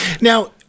Now